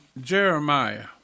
Jeremiah